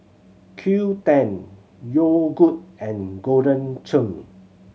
Qoo ten Yogood and Golden Churn